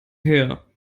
her